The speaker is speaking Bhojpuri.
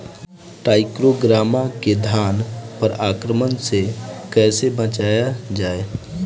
टाइक्रोग्रामा के धान पर आक्रमण से कैसे बचाया जाए?